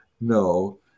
no